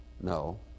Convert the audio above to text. No